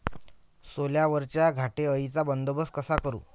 सोल्यावरच्या घाटे अळीचा बंदोबस्त कसा करू?